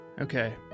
okay